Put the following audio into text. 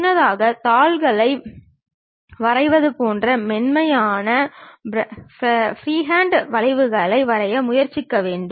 முன்னதாக தாள்களை வரைவது போன்றது மென்மையான ஃப்ரீஹேண்ட் வளைவுகளை வரைய முயற்சிக்க வேண்டும்